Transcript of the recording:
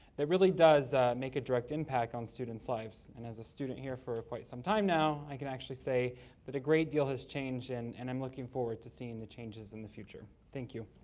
really does make a direct impact on students lives, and as a student here for ah quite some time now, i can actually say that a great deal has changed, and and i'm looking forward to seeing the changes in the future. thank you.